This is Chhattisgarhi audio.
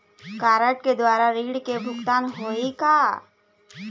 कारड के द्वारा ऋण के भुगतान होही का?